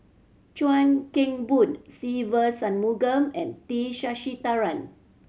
Chuan Keng Boon Se Ve Shanmugam and T Sasitharan